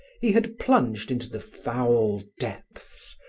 he had plunged into the foul depths,